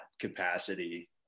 capacity